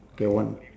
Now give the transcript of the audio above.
okay one